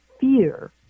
fear